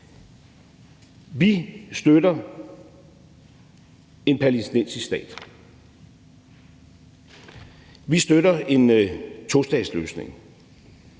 Vi støtter en palæstinensisk stat, vi støtter en tostatsløsning.